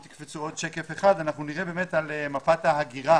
נראה על מפת ההגירה